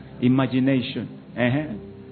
imagination